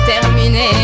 terminé